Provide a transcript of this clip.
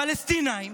פלסטינים.